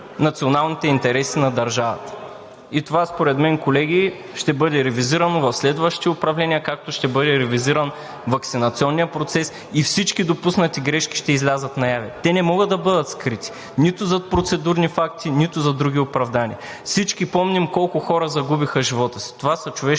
националните интереси на държавата. И това според мен, колеги, ще бъде ревизирано в следващи управления, както ще бъде ревизиран ваксинационният процес и всички допуснати грешки ще излязат наяве. Те не могат да бъдат скрити – нито зад процедурни факти, нито зад други оправдания. Всички помним колко хора загубиха живота си. Това са човешки